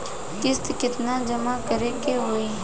किस्त केतना जमा करे के होई?